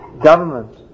government